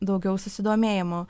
daugiau susidomėjimo